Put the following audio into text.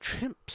chimps